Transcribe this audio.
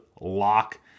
lock